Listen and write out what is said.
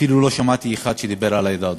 אפילו לא שמעתי אחד שדיבר על העדה הדרוזית,